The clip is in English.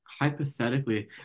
hypothetically